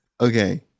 Okay